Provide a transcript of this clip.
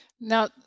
Now